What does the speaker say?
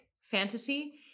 fantasy